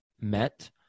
met